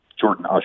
Jordan